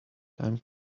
time